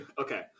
Okay